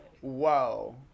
Whoa